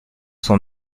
son